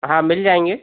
हाँ मिल जाएँगे